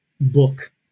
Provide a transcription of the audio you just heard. book